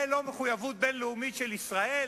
זה לא מחויבות בין-לאומית של ישראל?